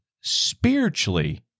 spiritually